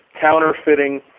counterfeiting